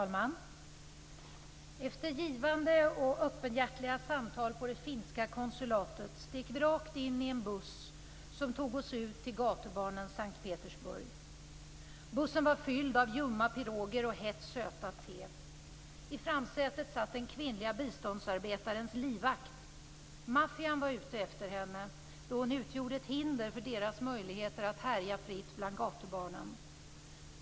Fru talman! Efter givande och öppenhjärtiga samtal på det finska konsulatet steg vi rakt in i en buss som tog oss ut till gatubarnens S:t Petersburg. Bussen var fylld av ljumma piroger och hett, sötat te. I framsätet satt den kvinnliga biståndsarbetarens livvakt. Maffian var ute efter henne, då hon utgjorde ett hinder för deras möjligheter att härja fritt bland gatubarnen.